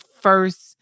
first